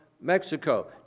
Mexico